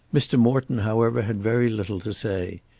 mr. morton however had very little to say.